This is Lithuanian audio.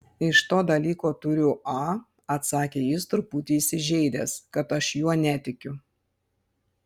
iš to dalyko turiu a atsakė jis truputį įsižeidęs kad aš juo netikiu